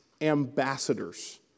ambassadors